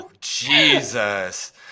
Jesus